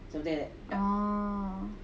oh